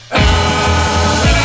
up